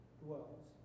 dwells